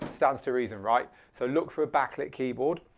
stands to reason, right? so look for a back lit keyboard.